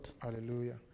Hallelujah